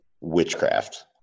witchcraft